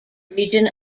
region